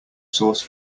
sauce